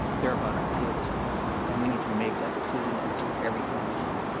they're about our kids and we need to make that decision and do everything we can.